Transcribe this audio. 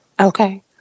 Okay